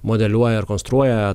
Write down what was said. modeliuoja ir konstruoja